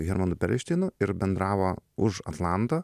hermanu perelšteinu ir bendravo už atlanto